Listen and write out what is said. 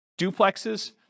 duplexes